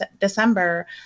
December